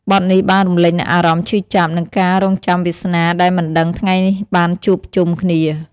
បទនេះបានរំលេចនូវអារម្មណ៍ឈឺចាប់ និងការរង់ចាំវាសនាដែលមិនដឹងថ្ងៃបានជួបជុំគ្នា។